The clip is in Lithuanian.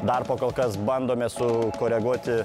dar pakol kas bandome sukoreguoti